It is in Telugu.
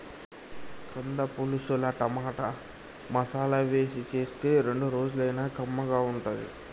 కంద పులుసుల టమాటా, మసాలా వేసి చేస్తే రెండు రోజులైనా కమ్మగా ఉంటది